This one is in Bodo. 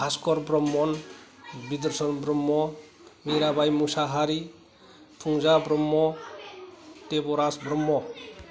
भास्कर ब्रह्म बिदरसन ब्रह्म मिराबाय मुसाहारि फुंजा ब्रह्म देबराज ब्रह्म